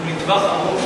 הוא לטווח ארוך,